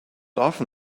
often